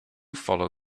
follow